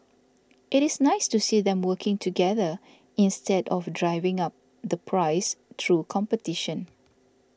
it is nice to see them working together instead of driving up the price through competition